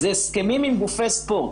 זה הסכמים עם גופי ספורט,